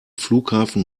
flughafen